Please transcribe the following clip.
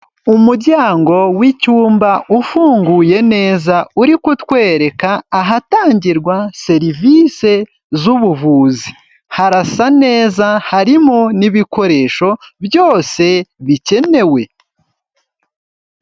Umuryango w'icyumba ufunguye neza uri kutwereka ahatangirwa serivisi z'ubuvuzi harasa neza harimo n'ibikoresho byose bikenewe.